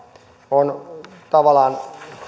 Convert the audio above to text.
on tavallaan